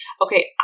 Okay